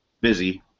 busy